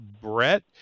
Brett